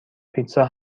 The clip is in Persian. پیتزا